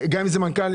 אם זה מנכ"ל,